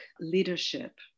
leadership